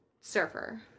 surfer